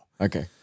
okay